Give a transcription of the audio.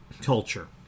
culture